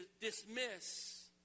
dismiss